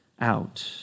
out